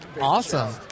Awesome